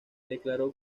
declaró